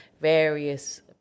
various